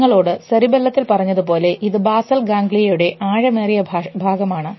നിങ്ങളോട് സെറിബല്ലത്തിൽ പറഞ്ഞതുപോലെ ഇത് ബാസൽ ഗാംഗ്ലിയയുടെ ആഴമേറിയ ഭാഗമാണ്